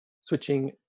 Switching